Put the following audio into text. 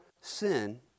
sin